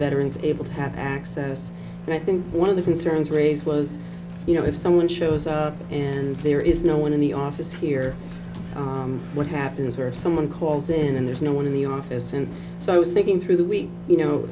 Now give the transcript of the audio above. veterans able to have access and i think one of the concerns raised was you know if someone shows up and there is no one in the office hear what happens or someone calls in and there's no one in the office and so i was thinking through the week you know